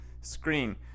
screen